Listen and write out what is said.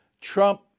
Trump